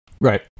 Right